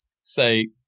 say